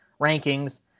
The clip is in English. rankings